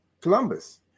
columbus